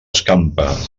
escampa